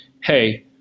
hey